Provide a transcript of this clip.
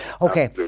Okay